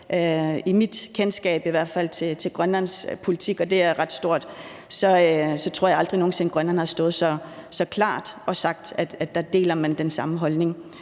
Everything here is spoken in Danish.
hvert fald, til Grønlands politik, og det er ret stort, tror jeg aldrig nogen sinde, at Grønland har stået så klart og sagt, at der deler man den samme holdning,